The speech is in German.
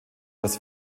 dass